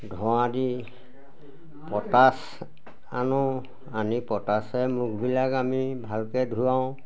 ধোৱাঁ দি পটাচ আনো আনি পটাচে মুখবিলাক আমি ভালকৈ ধুৱাওঁ